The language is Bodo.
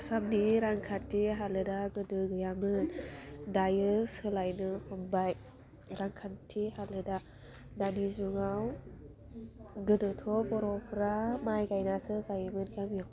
आसामनि रांखान्थि हालोदा गोदो गैयामोन दायो सोलायनो हमबाय रांखान्थि हालोदा दानि जुगाव गोदोथ' बर'फ्रा माय गायनासो जायोमोन गामियाव